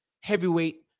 heavyweight